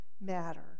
matter